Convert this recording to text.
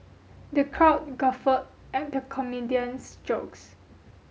the crowd guffawed at the comedian's jokes